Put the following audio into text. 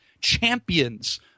champions